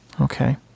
Okay